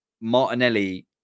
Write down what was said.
Martinelli